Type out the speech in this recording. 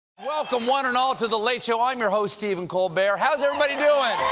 welcome one and all to the late show. i'm your host stephen colbert. how's everybody doing?